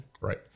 Right